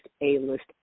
A-list